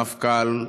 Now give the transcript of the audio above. המפכ"ל,